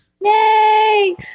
Yay